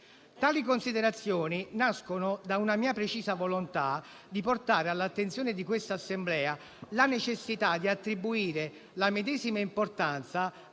Tali considerazioni nascono da una mia precisa volontà di portare all'attenzione di questa Assemblea la necessità di attribuire la medesima importanza